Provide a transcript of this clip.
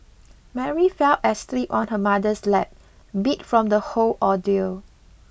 Mary fell asleep on her mother's lap beat from the whole ordeal